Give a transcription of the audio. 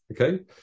Okay